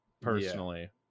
personally